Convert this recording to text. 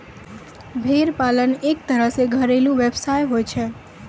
भेड़ पालन एक तरह सॅ घरेलू व्यवसाय होय छै